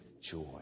joy